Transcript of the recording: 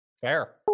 Fair